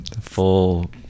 full